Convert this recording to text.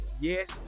Yes